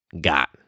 got